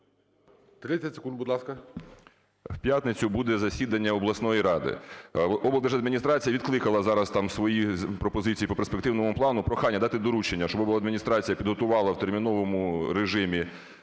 30 секунд, будь ласка.